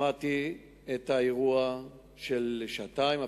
שמעתי על האירוע של לפני שעתיים,